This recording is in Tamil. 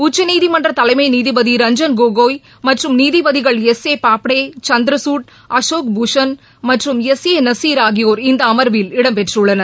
உச்சநீதிமன்ற தலைமை நீதிபதி ரஞ்சன் கோகோய் மற்றும் நீதிபதிகள் எஸ் ஏ பாப்டே சந்திரசூட் அசோக் பூஷண் மற்றும் எஸ் ஏ நநசீர் ஆகியோர் இந்த அம்வில் இடம்பெற்றுள்ளனர்